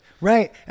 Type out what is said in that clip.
Right